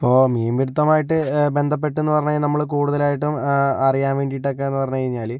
ഇപ്പോൾ മീൻപിടുത്തവുമായിട്ട് ബന്ധപ്പെട്ടെന്ന് പറഞ്ഞു കഴിഞ്ഞാൽ നമ്മള് കൂടുതലായിട്ടും അറിയാൻ വേണ്ടിയിട്ടൊക്കെ എന്ന് പറഞ്ഞു കഴിഞ്ഞാല്